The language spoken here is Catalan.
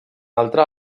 altre